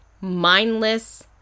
mindless